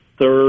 third